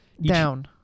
Down